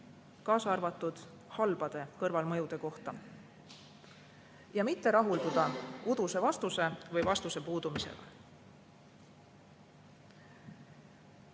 kaasa arvatud halbade kõrvalmõjude kohta, mitte rahulduda uduse vastuse või vastuse puudumisega. Lõpetuseks